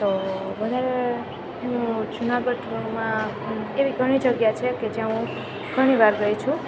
તો વધારે હું જુનાગઢમાં એવી ઘણી જગ્યા છે કે જ્યાં હું ઘણી વાર ગઈ છું